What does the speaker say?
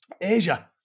Asia